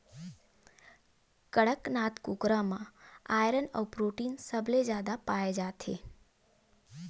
कड़कनाथ कुकरा म आयरन अउ प्रोटीन सबले जादा पाए जाथे